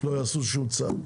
לא יעשו שום צעד.